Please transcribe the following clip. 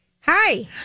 Hi